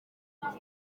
atatu